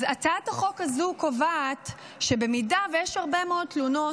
אז הצעת החוק הזו קובעת שאם יש הרבה מאות תלונות,